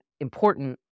important